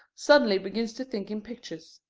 suddenly begins to think in pictures.